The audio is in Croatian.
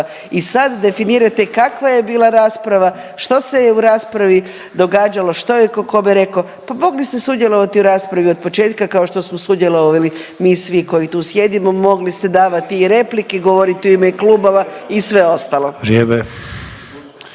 i sad definirate kakva je bila rasprava, što se je u raspravi događalo, što je tko kome rekao, pa mogli ste sudjelovati u raspravi od početka, kao što smo sudjelovali mi svi koji tu sjedimo, mogli ste davati i replike, govoriti u ime klubova i sve ostalo.